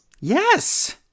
Yes